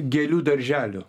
gėlių darželio